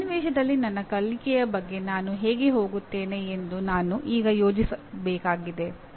ಆ ಸನ್ನಿವೇಶದಲ್ಲಿ ನನ್ನ ಕಲಿಕೆಯ ಬಗ್ಗೆ ನಾನು ಹೇಗೆ ಹೋಗುತ್ತೇನೆ ಎಂದು ನಾನು ಈಗ ಯೋಜಿಸಬೇಕಾಗಿದೆ